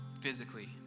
physically